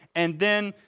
and then,